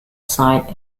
side